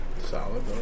Solid